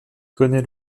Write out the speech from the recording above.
connaît